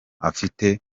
afite